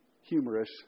humorous